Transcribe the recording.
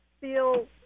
feel